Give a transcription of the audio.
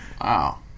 wow